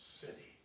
city